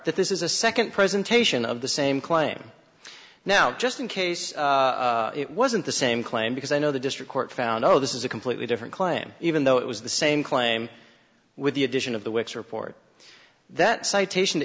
that this is a second presentation of the same claim now just in case it wasn't the same claim because i know the district court found no this is a completely different claim even though it was the same claim with the addition of the works report that citation